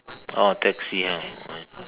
oh taxi ah